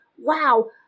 wow